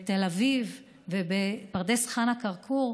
בתל אביב ובפרדס חנה-כרכור,